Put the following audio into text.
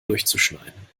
durchzuschneiden